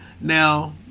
Now